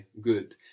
Good